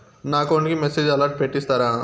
నా అకౌంట్ కి message alert పెట్టిస్తారా